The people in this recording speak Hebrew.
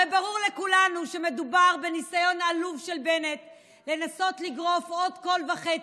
הרי ברור לכולנו שמדובר בניסיון עלוב של בנט לנסות לגרוף עוד קול וחצי,